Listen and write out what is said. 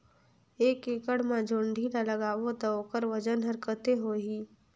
एक एकड़ मा जोणी ला लगाबो ता ओकर वजन हर कते होही?